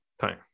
time